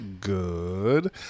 Good